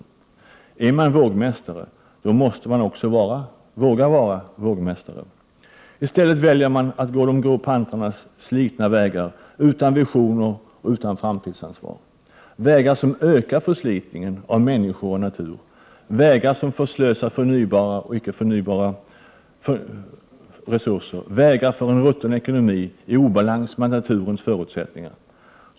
Har man en vågmästarställning, måste man också våga vara vågmästare. I stället väljer man att gå de grå pantrarnas slitna vägar, utan visioner och utan framtidsansvar, vägar som ökar förslitningen av människor och natur, vägar som förslösar förnybara och icke förnybara resurser, vägar för en rutten ekonomi i obalans med naturens förutsättningar.